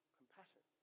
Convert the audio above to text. compassion